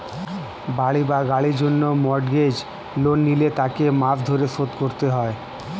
বাড়ি বা গাড়ির জন্য মর্গেজ লোন নিলে তাকে মাস ধরে শোধ করতে হয়